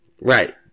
Right